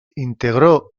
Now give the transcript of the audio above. integró